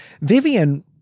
Vivian